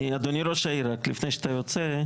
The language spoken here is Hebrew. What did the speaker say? אדוני ראש העיר, לפני שאתה יוצא.